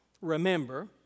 remember